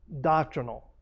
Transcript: doctrinal